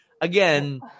Again